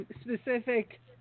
specific